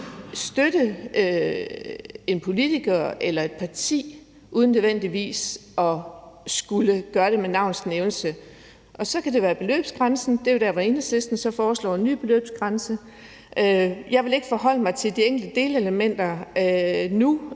støtte en politiker eller et parti uden nødvendigvis at skulle gøre det med navns nævnelse. Så er der det med beløbsgrænsen. Det er jo der, hvor Enhedslisten så foreslår en ny beløbsgrænse. Jeg vil ikke forholde mig til de enkelte delelementer